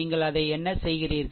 நீங்கள் அதை என்ன செய்கிறீர்கள்